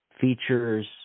features